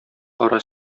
кара